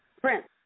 Prince